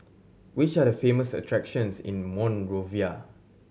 which are the famous attractions in Monrovia